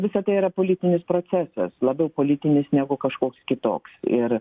visa tai yra politinis procesas labiau politinis negu kažkoks kitoks ir